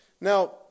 Now